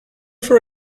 for